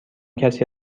کسی